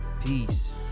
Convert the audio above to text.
peace